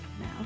now